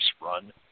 run